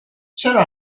چرا